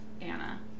Anna